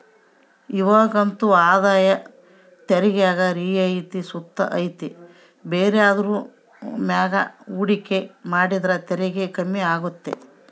ಇವಾಗಂತೂ ಆದಾಯ ತೆರಿಗ್ಯಾಗ ರಿಯಾಯಿತಿ ಸುತ ಐತೆ ಬೇರೆದುರ್ ಮ್ಯಾಗ ಹೂಡಿಕೆ ಮಾಡಿದ್ರ ತೆರಿಗೆ ಕಮ್ಮಿ ಆಗ್ತತೆ